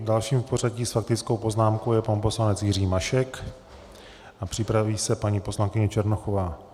Dalším v pořadí s faktickou poznámkou je pan poslanec Jiří Mašek a připraví se paní poslankyně Černochová.